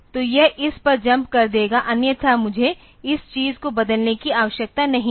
तो यह इस पर जम्प कर देगा अन्यथा मुझे इस चीज़ को बदलने की आवश्यकता नहीं है